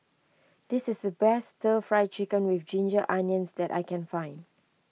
this is the best Stir Fry Chicken with Ginger Onions that I can find